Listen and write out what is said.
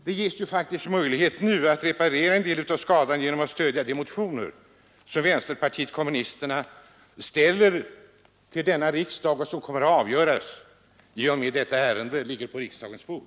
Det ges ju faktiskt möjlighet nu att reparera en del av skadan genom att stödja de motioner som vänsterpartiet kommunisterna väckt vid denna riksdag och som kommer att avgöras i och med att detta ärende ligger på riksdagens bord.